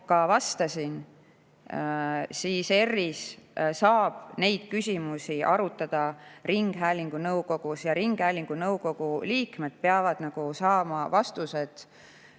ka vastasin, ERR‑is saab neid küsimusi arutada ringhäälingu nõukogus ja ringhäälingu nõukogu liikmed peavad saama vastused